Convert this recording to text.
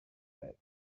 master